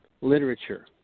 literature